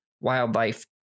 wildlife